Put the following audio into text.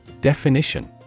Definition